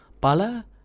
pala